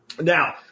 Now